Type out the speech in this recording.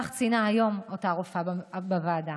כך ציינה היום אותה רופאה בוועדה.